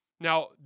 Now